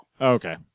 okay